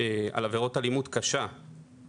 על עבירת אלימות קשה,